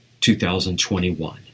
2021